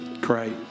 Great